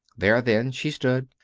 there, then, she stood,